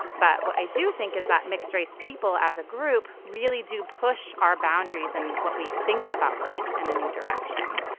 but what i do think is that mixed-race people, as a group, really do push our boundaries and what we think about race in a new direction.